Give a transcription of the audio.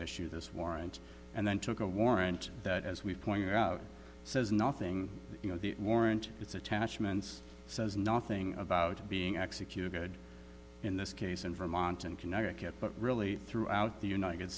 issue this warrant and then took a warrant that as we've pointed out says nothing you know the warrant it's attachments says nothing about being executed in this case in vermont and connecticut but really throughout the united